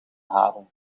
haven